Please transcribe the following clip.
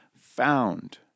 found